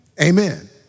Amen